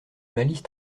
malice